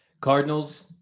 Cardinals